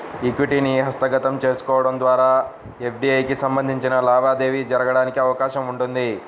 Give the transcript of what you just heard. ఈక్విటీని హస్తగతం చేసుకోవడం ద్వారా ఎఫ్డీఐకి సంబంధించిన లావాదేవీ జరగడానికి అవకాశం ఉంటుంది